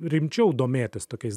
rimčiau domėtis tokiais